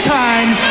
time